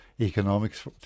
economics